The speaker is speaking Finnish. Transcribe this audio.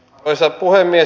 arvoisa puhemies